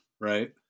Right